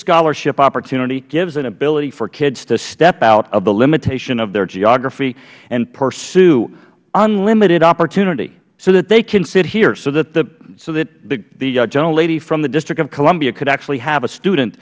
scholarship opportunity gives an ability for kids to step out of the limitation of their geography and pursue unlimited opportunity so that they can sit here so that the gentlelady from the district of columbia could actually have a student